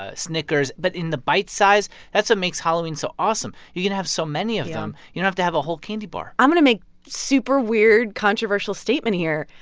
ah snickers. but in the bite size, that's what makes halloween so awesome. you can have so many of them. you don't have to have a whole candy bar i'm going to make super weird, controversial statement here.